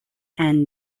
and